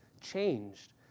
changed